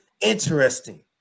interesting